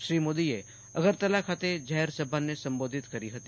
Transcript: શ્રી મોદીએ અગરતલા ખાતે જાફેર સભાને સંબોધી હતી